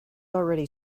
already